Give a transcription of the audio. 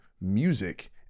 music